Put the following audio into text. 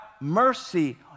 mercy